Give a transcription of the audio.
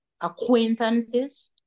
acquaintances